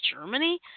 Germany